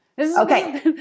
Okay